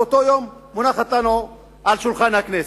ובאותו יום מונחת לנו על שולחן הכנסת.